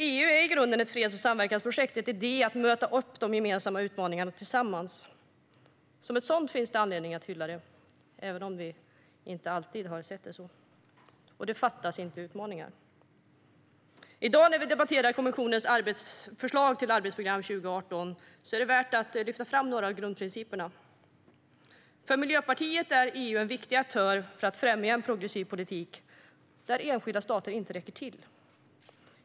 EU är i grunden ett freds och samverkansprojekt, en idé för att möta gemensamma utmaningar tillsammans. Som sådant har vi anledning att hylla EU, även om vi inte alltid har sett det så. Det fattas inte utmaningar. I dag, när vi debatterar kommissionens förslag till arbetsprogram 2018, är det värt att lyfta fram några grundprinciper. För Miljöpartiet är EU en viktig aktör för att främja en progressiv politik där enskilda stater inte räcker till.